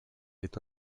est